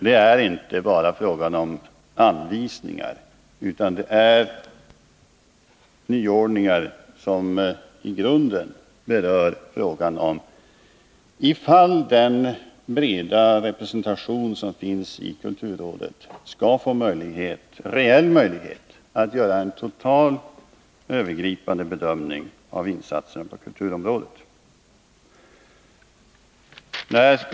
Det är inte bara anvisningar, utan det är nyordningar som i grunden berör frågan huruvida den breda representation som finns i kulturrådet skall få reell möjlighet att göra en total övergripande bedömning av insatsen på kulturområdet.